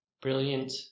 Brilliant